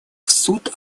суд